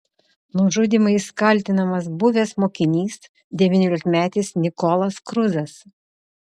nužudymais kaltinamas buvęs mokinys devyniolikmetis nikolas kruzas